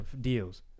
deals